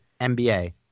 NBA